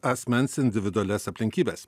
asmens individualias aplinkybes